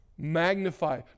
Magnify